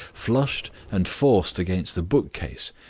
flushed and forced against the bookcase,